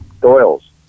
Doyle's